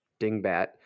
dingbat